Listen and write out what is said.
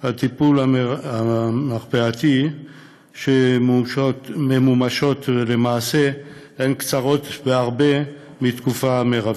והטיפול המרפאתי שממומשות למעשה הן קצרות בהרבה מהתקופה המרבית.